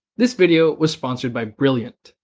this video was sponsored by brilliant,